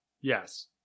Yes